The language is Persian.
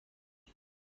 است